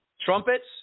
Trumpets